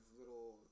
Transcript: little